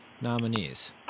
nominees